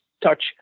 touch